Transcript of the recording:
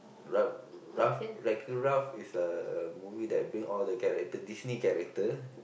Ralph Ralph Wreck-It-Ralph is a a movie that bring all the character Disney character